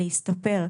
להסתפר.